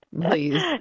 Please